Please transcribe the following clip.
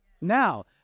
Now